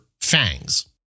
FANGs